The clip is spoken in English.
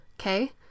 okay